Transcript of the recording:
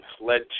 led